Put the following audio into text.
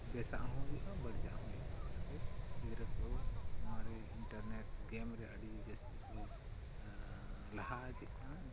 ᱵᱮᱥᱟᱜ ᱦᱚᱸ ᱦᱩᱭᱩᱜᱼᱟ ᱵᱟᱹᱲᱤᱡᱟᱜ ᱦᱚᱸ ᱦᱩᱭᱩᱜᱼᱟ ᱚᱱᱟᱛᱮ ᱜᱤᱫᱽᱨᱟᱹ ᱠᱚ ᱱᱚᱣᱟᱨᱮ ᱤᱱᱴᱟᱨᱱᱮᱴ ᱜᱮᱢᱨᱮ ᱟᱹᱰᱤ ᱡᱟᱹᱥᱛᱤ ᱠᱚ ᱞᱟᱦᱟ ᱤᱫᱤᱜ ᱠᱟᱱᱟ